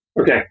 Okay